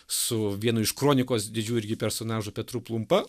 su vienu iš kronikos didžių irgi personažų petru plumpa